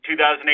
2008